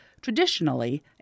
traditionally